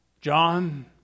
John